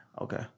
Okay